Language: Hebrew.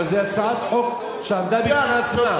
אבל זו הצעת חוק שעמדה בפני עצמה.